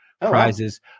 prizes